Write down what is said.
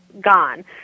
gone